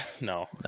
No